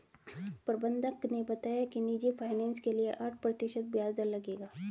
प्रबंधक ने बताया कि निजी फ़ाइनेंस के लिए आठ प्रतिशत ब्याज दर लगेगा